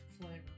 flavor